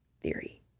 theory